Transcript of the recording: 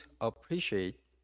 appreciate